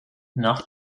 nach